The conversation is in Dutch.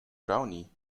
brownie